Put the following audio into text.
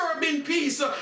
peace